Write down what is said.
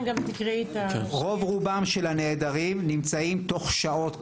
רוב רובם של הנעדרים נמצאים תוך שעות,